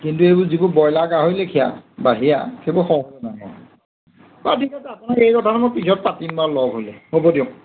কিন্তু এইবোৰ যিবোৰ ব্ৰইলাৰ গাহৰি লেখিয়া বাহিৰা সেইবোৰ সহজে নহয় বা ঠিক আছে আপোনাক এই কথাটো মই পিছত পাতিম বা লগ হ'লে হ'ব দিয়ক